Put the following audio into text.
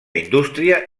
indústria